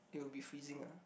it will be freezing ah